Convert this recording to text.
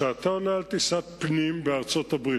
כשאתה עולה על טיסת פנים בארצות-הברית,